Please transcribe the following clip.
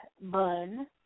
bun